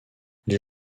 les